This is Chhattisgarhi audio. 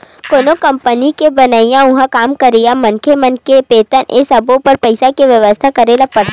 कोनो कंपनी के बनई, उहाँ काम करइया मनखे मन के बेतन ए सब्बो बर पइसा के बेवस्था करे ल परथे